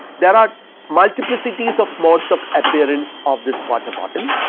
there are multiplicities of modes of appearance of this water bottle,